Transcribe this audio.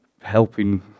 helping